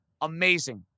Amazing